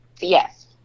Yes